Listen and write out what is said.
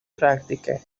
практике